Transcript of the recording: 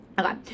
Okay